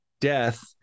death